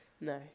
No